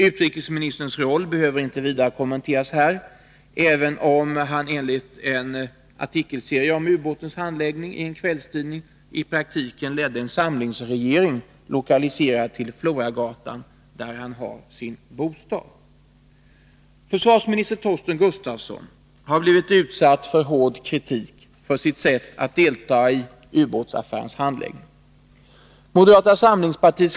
Utrikesministerns roll behöver inte vidare kommenteras här, även om han enligt en artikelserie om ubåtsärendets handläggning som presenterades i en kvällstidning i praktiken ledde en samlingsregering lokaliserad till Floragatan, där han har sin bostad.